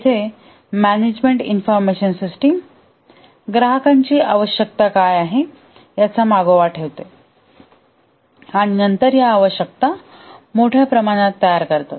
येथे management information system ग्राहकांची आवश्यकता काय आहे याचा मागोवा ठेवेल आणि नंतर या आवश्यकता मोठ्या प्रमाणात तयार करेल